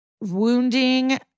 wounding